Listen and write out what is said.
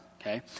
okay